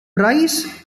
price